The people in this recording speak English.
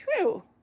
True